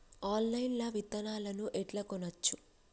Online లా విత్తనాలను ఎట్లా కొనచ్చు?